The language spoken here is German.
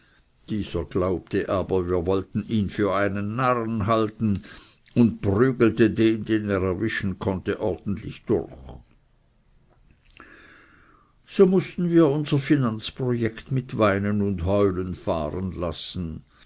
dieser glaubte aber wir wollten ihn für einen narren halten und prügelte den den er erwischen konnte ordentlich durch so mußten wir unser finanzprojekt mit weinen und heulen fahren lassen